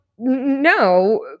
No